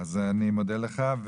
אז אני מודה לך.